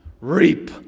Reap